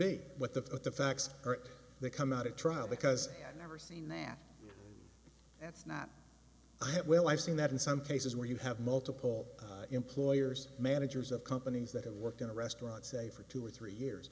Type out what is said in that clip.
be what the the facts are they come out at trial because i have never seen that that's not i have well i've seen that in some cases where you have multiple employers managers of companies that have worked in a restaurant say for two or three years